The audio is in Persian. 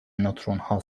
نوترونها